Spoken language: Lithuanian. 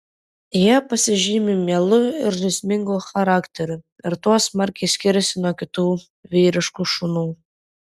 jie pasižymi mielu ir žaismingu charakteriu ir tuo smarkiai skiriasi nuo kitų vyriškų šunų